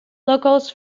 locals